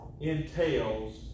entails